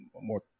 more